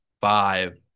five